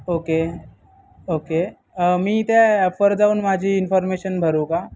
okay okay मी त्या ॲपवर जाऊन माझी इन्फॉर्मेशन भरू का